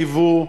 שחייבו.